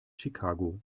chicago